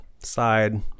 side